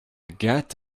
get